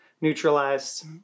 neutralized